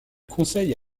conseille